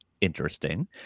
interesting